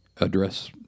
address